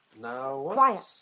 now what quiet,